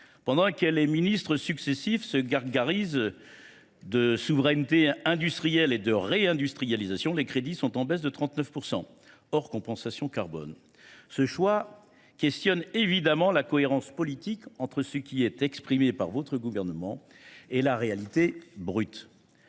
pendant que les ministres successifs se gargarisent de « souveraineté industrielle » et de « réindustrialisation », les crédits sont en baisse de 39 % hors compensation carbone. Ce choix suscite des interrogations sur la cohérence politique entre ce qui est exprimé par votre gouvernement et la réalité brute.